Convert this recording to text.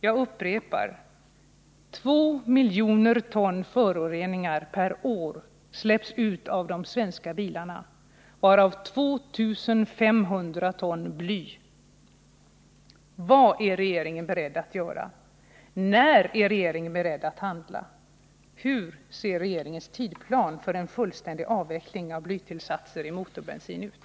Jag upprepar: De svenska bilarna släpper per år ut 2 miljoner ton föroreningar, varav 2 500 ton bly.